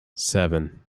seven